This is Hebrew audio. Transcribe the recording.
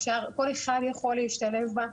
כל אחד יכול להשתלב בה.